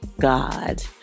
god